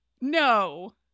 No